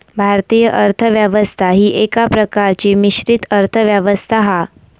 भारतीय अर्थ व्यवस्था ही एका प्रकारची मिश्रित अर्थ व्यवस्था हा